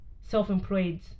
self-employed